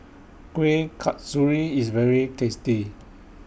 Kuih Kasturi IS very tasty